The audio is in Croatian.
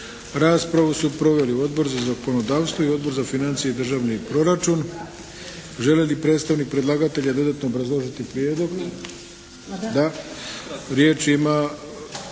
Raspravu su proveli Odbor za zakonodavstvo i Odbor za financije i državni proračun. Želi li predstavnik predlagatelja dodatno obrazložiti prijedlog?